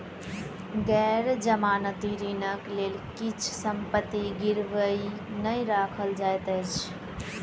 गैर जमानती ऋणक लेल किछ संपत्ति गिरवी नै राखल जाइत अछि